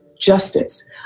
justice